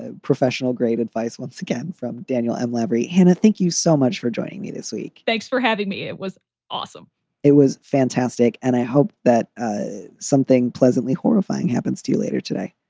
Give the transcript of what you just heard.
ah professional. great advice once again from daniel and l'abri. hannah, thank you so much for joining me this week thanks for having me. it was awesome it was fantastic. and i hope that ah something pleasantly horrifying happens to you later today.